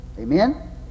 Amen